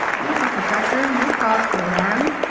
easy, professor, no cause for alarm.